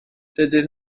dydyn